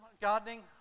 gardening